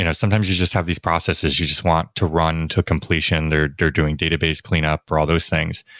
you know sometimes you just have these processes you just want to run to completion. they're they're doing database cleanup, or all those things.